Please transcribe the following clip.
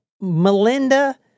Melinda